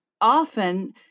Often